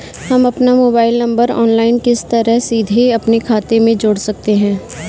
हम अपना mobile number online किस तरह सीधे अपने खाते में जोड़ सकते हैं?